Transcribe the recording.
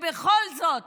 ובכל זאת